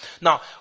Now